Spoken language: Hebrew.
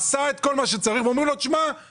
עשה את כל מה שצריך ואמרו לו שהוא לא יקבל את הכסף.